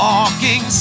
Walking